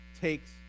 takes